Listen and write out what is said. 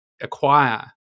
acquire